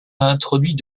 introduit